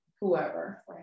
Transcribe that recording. whoever